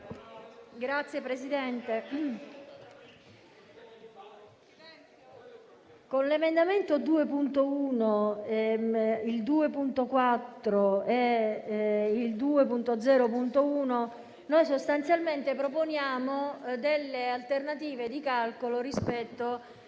Signor Presidente, con gli emendamenti 2.1, 2.4 e 2.0.1 sostanzialmente proponiamo delle alternative di calcolo rispetto